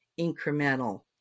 incremental